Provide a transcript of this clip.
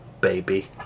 baby